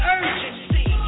urgency